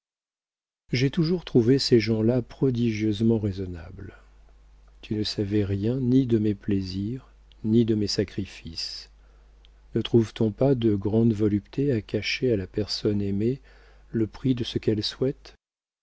j'ai toujours trouvé ces gens-là prodigieusement raisonnables tu ne savais rien ni de mes plaisirs ni de mes sacrifices ne trouve-t-on pas de grandes voluptés à cacher à la personne aimée le prix de ce qu'elle souhaite